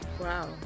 Wow